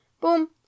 Boom